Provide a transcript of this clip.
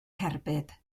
cerbyd